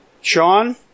Sean